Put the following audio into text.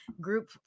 group